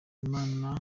imana